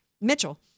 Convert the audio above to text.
Mitchell